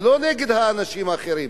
ולא נגד האנשים האחרים?